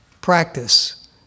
practice